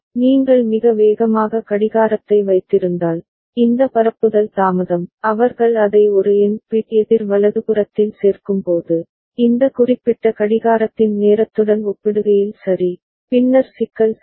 நீங்கள் மிக வேகமாக கடிகாரத்தை வைத்திருந்தால் இந்த பரப்புதல் தாமதம் அவர்கள் அதை ஒரு என் பிட் எதிர் வலதுபுறத்தில் சேர்க்கும்போது இந்த குறிப்பிட்ட கடிகாரத்தின் நேரத்துடன் ஒப்பிடுகையில் சரி பின்னர் சிக்கல் சரி